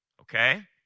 okay